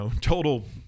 total